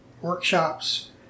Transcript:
workshops